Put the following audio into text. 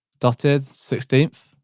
dotted, sixteenth.